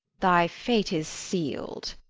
thy fate is sealed,